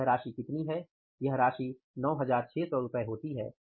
तो यह राशि कितनी है यह राशि 9600 रुपए होती है